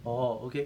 orh okay